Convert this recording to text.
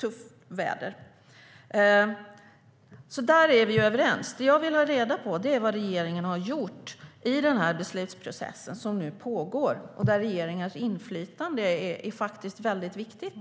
tufft väder. Där är vi överens. Det som jag vill ha reda på är vad regeringen har gjort i denna beslutsprocess som nu pågår och där regeringens inflytande faktiskt är mycket viktigt.